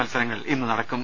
മത്സരങ്ങൾ ഇന്ന് നടക്കും